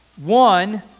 One